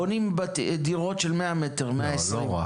בונים דירות של 100 מ"ר, 120. לא רק.